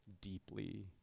deeply